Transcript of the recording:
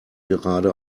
gerade